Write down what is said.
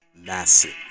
massive